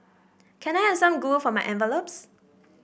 can I have some glue for my envelopes